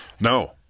No